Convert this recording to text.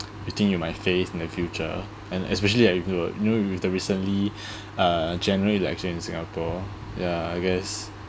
you think you might face in the future and especially like with the uh you know with the recently uh general election in singapore ya I guess